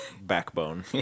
backbone